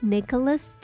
Nicholas